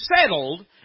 settled